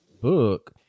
book